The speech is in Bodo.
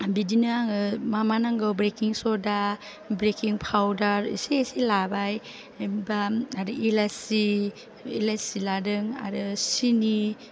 बिदिनो आङो मा मा नांगौ बेकिं सदा बेकिं पाउदार एसे एसे लाबाय ओमफ्राय आरो इलाइसि लादों आरो सिनि